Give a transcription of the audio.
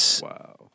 Wow